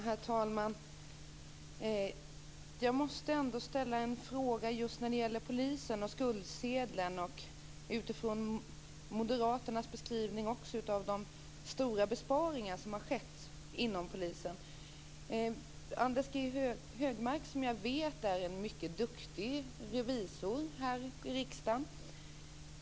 Herr talman! Jag måste ändå ställa en fråga om polisen och skuldsedeln utifrån moderaternas beskrivning av de stora besparingar som skett inom polisen. Jag vet att Anders G Högmark är en mycket duktig revisor här i riksdagen.